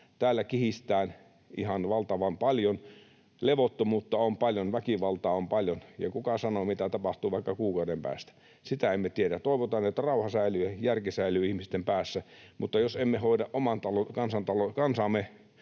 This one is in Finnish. täällä kihistään ihan valtavan paljon, levottomuutta on paljon, väkivaltaa on paljon, ja kuka sanoo, mitä tapahtuu vaikka kuukauden päästä. Sitä emme tiedä. Toivotaan, että rauha säilyy ja järki säilyy ihmisten päässä, mutta jos emme hoida oman kansamme